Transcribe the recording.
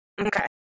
Okay